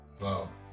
Wow